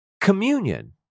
communion